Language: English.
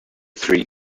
three